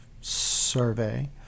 survey